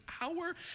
hour